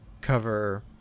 cover